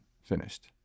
finished